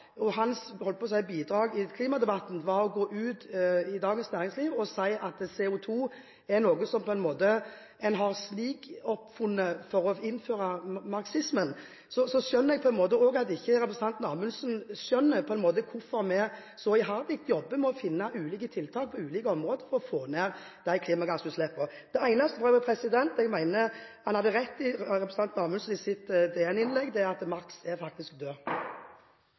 bidrag i klimadebatten var å gå ut i Dagens Næringsliv og si at CO2 er noe en har snikoppfunnet for å innføre marxismen, skjønner jeg at representanten Amundsen ikke skjønner hvorfor vi så iherdig jobber med å finne ulike tiltak på ulike områder for å få ned klimagassutslippene. Det eneste jeg mener representanten Amundsen hadde rett i i sitt DN-innlegg, er at Marx faktisk er død. Replikkordskiftet er omme. Det er flott at vi i denne sal har fått slått fast at Marx er